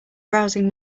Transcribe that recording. browsing